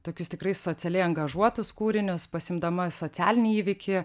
tokius tikrai socialiai angažuotus kūrinius pasiimdama socialinį įvykį